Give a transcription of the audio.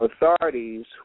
authorities